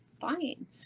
fine